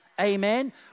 Amen